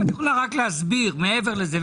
אם את יכולה להסביר מעבר לזה.